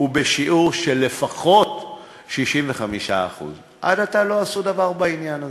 ובשיעור של לפחות 65%. עד עתה לא עשו דבר בעניין הזה.